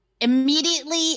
immediately